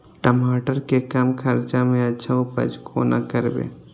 टमाटर के कम खर्चा में अच्छा उपज कोना करबे?